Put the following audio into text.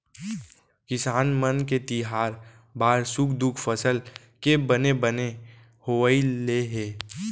किसान मन के तिहार बार सुख दुख फसल के बने बने होवई ले हे